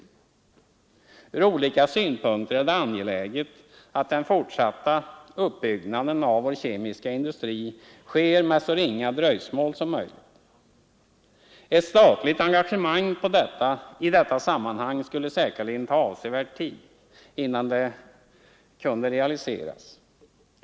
Ur olika synpunkter är det angeläget, att den fortsatta uppbyggnaden av vår kemiska industri sker med så ringa dröjsmål som möjligt. Ett statligt engagemang i detta sammanhang skulle säkerligen taga avsevärd tid, innan det kunde realiseras.